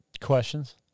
Questions